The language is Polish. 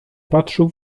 patrzył